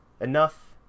enough